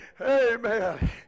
Amen